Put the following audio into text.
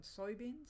soybeans